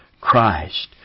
Christ